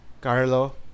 Carlo